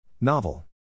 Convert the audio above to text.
novel